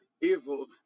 evil